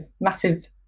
massive